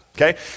Okay